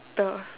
the